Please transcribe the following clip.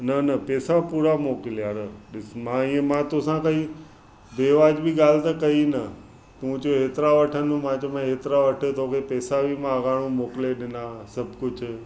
न न पेसा पूरा मोकिल यारु ॾिस मां इअं मां तोसां ई बेवाजिबी ॻाल्हि त कई न तू चए एतिरा वठंदमि मां चयो एतिरा वठे थो बि पेसा बि मां अगाणो मोकिले ॾिनासि सभु कुझु